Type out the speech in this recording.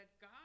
God